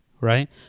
right